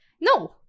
no